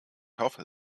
hoffe